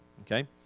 Okay